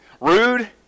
rude